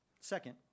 Second